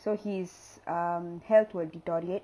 so his um health will deteriorate